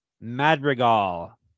Madrigal